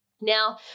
Now